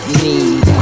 need